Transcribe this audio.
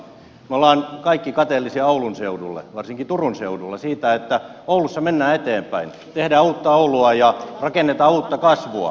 me olemme kaikki kateellisia oulun seudulle varsinkin turun seudulla siitä että oulussa mennään eteenpäin tehdään uutta oulua ja rakennetaan uutta kasvua